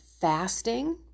fasting